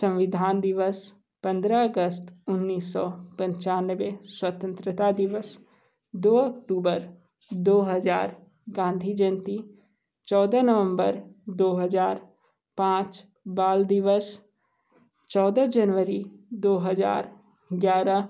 संविधान दिवस पंद्रह अगस्त उन्नीस सौ पंचानवे स्वतंत्रता दिवस दो अक्टूबर दो हजार गांधी जयंती चौदह नवंबर दो हजार पाँच बाल दिवस चौदह जनवरी दो हजार ग्यारह